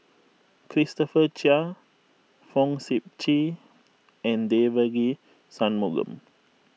Christopher Chia Fong Sip Chee and Devagi Sanmugam